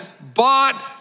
bought